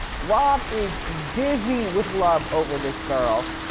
rob is dizzy with love over this girl,